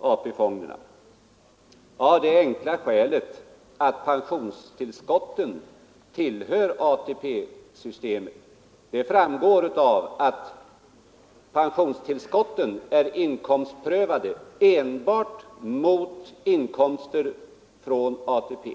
AP-fonderna, av det enkla skälet att pensionstillskotten tillhör ATP-systemet. Det framgår av att pensionstillskotten är inkomstprövade enbart mot inkomster från ATP.